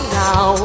now